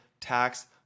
tax